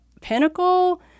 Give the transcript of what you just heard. pinnacle